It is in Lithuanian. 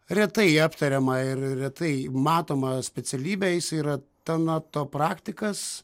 retai aptariamą ir retai matomą specialybę jis yra tanato praktikas